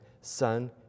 son